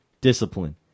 Discipline